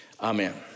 Amen